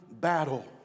battle